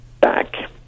back